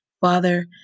Father